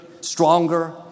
stronger